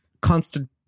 constant